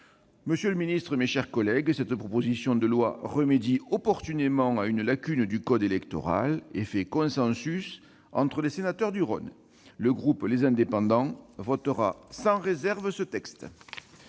Monsieur le secrétaire d'État, mes chers collègues, cette proposition de loi remédie opportunément à une lacune du code électoral et fait consensus entre les sénateurs du Rhône. Le groupe Les Indépendants la votera sans réserve.